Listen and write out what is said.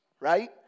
right